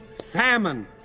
Salmon